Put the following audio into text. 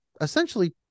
essentially